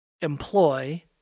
employ